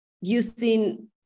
using